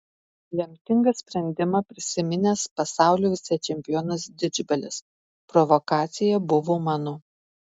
lemtingą sprendimą prisiminęs pasaulio vicečempionas didžbalis provokacija buvo mano